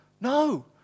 No